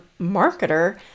marketer